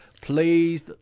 please